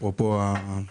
אפרופו הבנת.